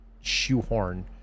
shoehorn